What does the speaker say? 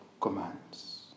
commands